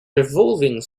revolving